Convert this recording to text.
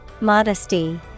Modesty